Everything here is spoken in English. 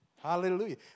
Hallelujah